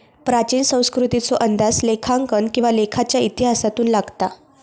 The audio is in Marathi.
प्राचीन संस्कृतीचो अंदाज लेखांकन किंवा लेखाच्या इतिहासातून लागता